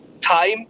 time